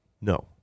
No